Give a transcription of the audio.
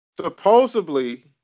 Supposedly